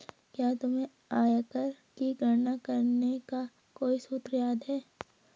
क्या तुम्हें आयकर की गणना करने का कोई सूत्र याद है?